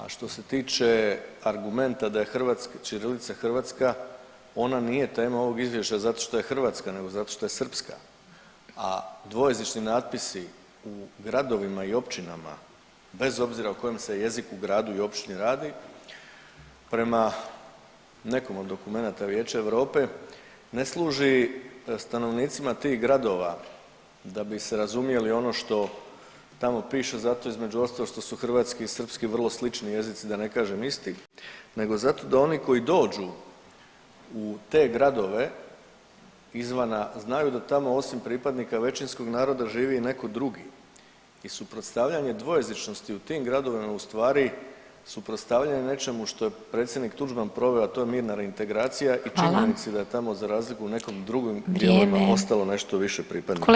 A što se tiče argumenta da je ćirilica hrvatska ona nije tema ovog izvještaja zato što je hrvatska nego zato što je srpska, a dvojezični natpisi u gradovima i općinama bez obzira o kojem se jeziku, gradu i općini radi prema nekom od dokumenata Vijeće Europe ne služi stanovnicima tih gradova da bi se razumjeli ono što tamo piše zato između ostalog što su hrvatski i srpski vrlo slični jezici, da ne kažem isti nego zato da oni koji dođu u te gradove izvana znaju da tamo osim pripadnika većinskog naroda živi i neko drugi i suprotstavljanje dvojezičnosti u tim gradovima u stvari suprotstavljanje nečemu što je predsjednik Tuđman proveo, a to je mirna reintegracija i činjenici da je tamo za razliku od nekim drugim dijelovima ostalo nešto više pripadnika manjine.